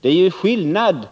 Det är skillnad